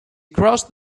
crossed